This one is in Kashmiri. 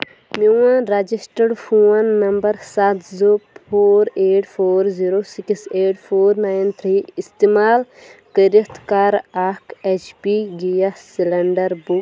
میون رجسٹٕڈ فون نمبر سَتھ زٕ four eight four zero six eight four nine three استعمال کٔرِتھ کَر اکھ H P gas cylinder book